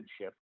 ship